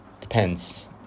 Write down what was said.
depends